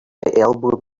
elbowed